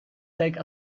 take